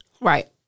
Right